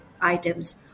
items